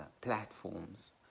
platforms